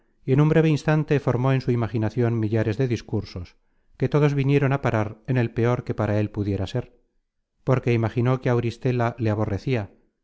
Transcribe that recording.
y en un breve instante formó en su imaginacion millares de discursos que todos vinieron á parar en el peor que para él pudiera ser porque imaginó que auristela le aborrecia